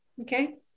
Okay